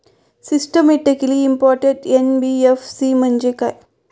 Systematically important NBFC म्हणजे काय?